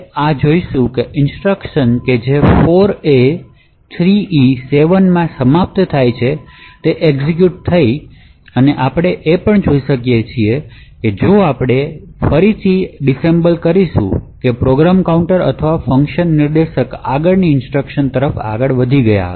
આ ઇન્સટ્રક્શન જે 4a3e7 માં સમાપ્ત થાય છે તે એક્ઝેક્યુટ થઈ છે અને આપણે એ પણ જોઈ શકીએ છીએ કે જો આપણે જ્યારે ફરીથી ડિસએસેમ્બલ કરીશું કે પ્રોગ્રામ કાઉન્ટર અથવા function નિર્દેશક આગળની ઇન્સટ્રક્શન તરફ આગળ વધ્યા છે